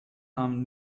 nahmen